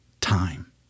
time